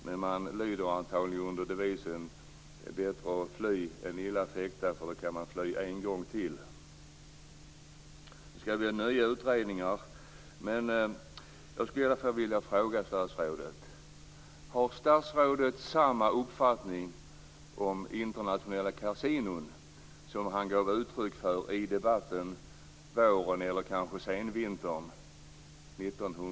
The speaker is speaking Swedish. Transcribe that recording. Men gruppen lyder antagligen under devisen bättre fly än illa fäkta - då kan man ju fly en gång till. Det skall tillsättas nya utredningar. Har statsrådet samma uppfattning om internationella kasinon som han gav uttryck för i debatten våren, eller senvintern,